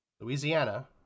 Louisiana